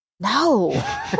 no